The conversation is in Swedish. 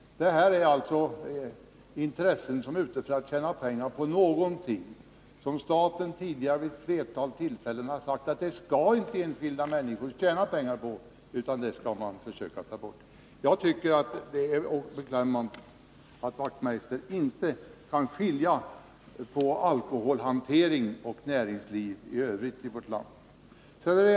Detta gäller alltså intressen som är ute för att tjäna pengar på någonting som staten tidigare vid ett flertal tillfällen sagt att enskilda människor inte skall tjäna på, utan man skall försöka ta bort det. Jag tycker det är beklämmande att Knut Wachtmeister inte kan skilja på alkoholhantering och näringsliv i övrigt i vårt land.